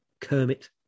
Kermit